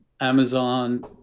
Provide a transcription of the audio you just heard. Amazon